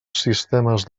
sistemes